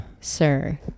sir